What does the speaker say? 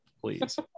Please